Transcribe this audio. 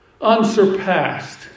unsurpassed